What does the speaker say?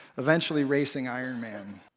eventually racing ironman.